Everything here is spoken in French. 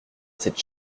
cette